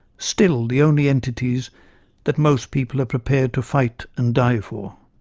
still the only entities that most people are prepared to fight and die for.